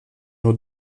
nur